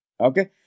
Okay